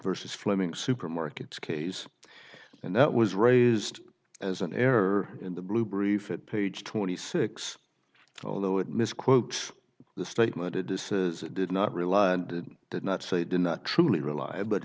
versus fleming supermarkets kase and that was raised as an error in the blue brief it page twenty six although it misquote the statement it is did not rely and did not say did not truly rely but